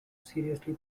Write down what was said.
seriously